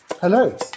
Hello